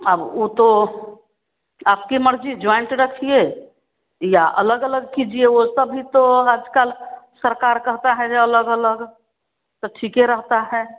अब वह तो आपकी मर्ज़ी जॉइंट रखिए या अलग अलग कीजिए वह सब भी तो आज कल सरकार कहती है कि अलग अलग तो ठीक रहता है